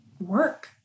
work